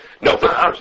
no